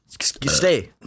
Stay